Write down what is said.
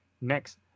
Next